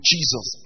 Jesus